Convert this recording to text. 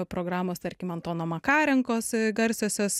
programos tarkim antono makarenkos garsiosios